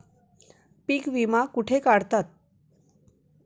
पीक विमा कुठे काढतात?